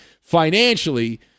financially